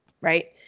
Right